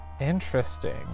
Interesting